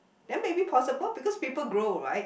then maybe possible because people grow right